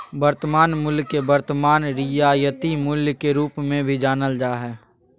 वर्तमान मूल्य के वर्तमान रियायती मूल्य के रूप मे भी जानल जा हय